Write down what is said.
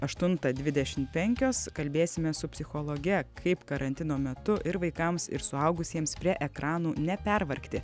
aštuntą dvidešimt penkios kalbėsime su psichologe kaip karantino metu ir vaikams ir suaugusiems prie ekranų nepervargti